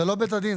זה לא בית הדין,